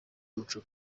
umuco